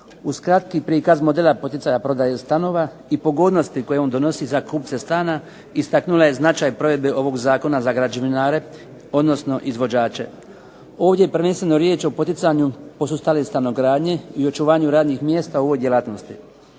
Uz kratki prikaz modela poticaja prodaje stanova i pogodnosti koje on donosi za kupce stana istaknula je značaj provedbe ovog zakona za građevinare, odnosno izvođače. Ovdje je prvenstveno riječ o poticanju posustale stanogradnje i očuvanju radnih mjesta u ovoj djelatnosti.